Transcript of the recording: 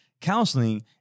Counseling